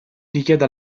richiede